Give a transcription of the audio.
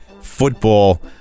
Football